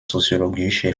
soziologische